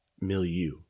milieu